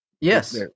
Yes